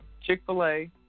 Chick-fil-A